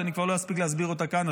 שאני כבר לא אספיק להסביר אותה כאן,